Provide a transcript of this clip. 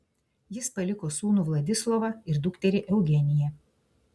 jis paliko sūnų vladislovą ir dukterį eugeniją